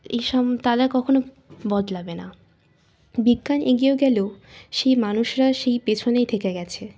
এই সময় তা কখনও বদলাবে না বিজ্ঞান এগিয়েও গেলেও সেই মানুষরা সেই পেছনেই থেকে গেছে